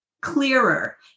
clearer